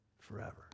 forever